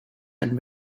and